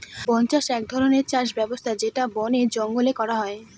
বন্য চাষ এক ধরনের চাষ ব্যবস্থা যেটা বনে জঙ্গলে করা হয়